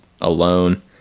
alone